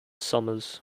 somers